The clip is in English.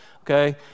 okay